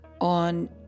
on